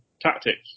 tactics